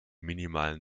minimalen